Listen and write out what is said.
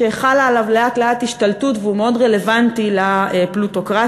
שחלה עליו לאט-לאט השתלטות והוא מאוד רלוונטי לפלוטוקרטיה,